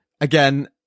again